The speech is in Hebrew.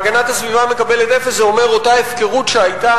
הגנת הסביבה המקבלת אפס זה אומר אותה הפקרות שהיתה,